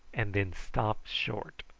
and then stopped short.